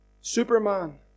Superman